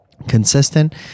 Consistent